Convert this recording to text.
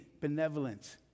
benevolence